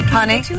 Honey